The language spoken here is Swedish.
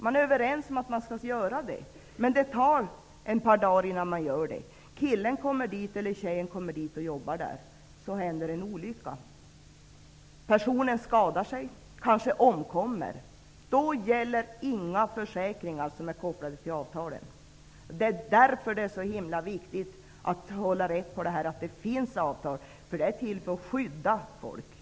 Man är alltså överens om att göra det, men det tar ett par dagar innan detta sker. Killen, eller tjejen, kommer till företaget och jobbar där. Så händer en olycka. Den här personen skadar sig och omkommer kanske. Då gäller inga försäkringar som är kopplade till avtalen. Därför är det så himla viktigt att hålla rätt på de avtal som finns. Dessa är till för att skydda människor.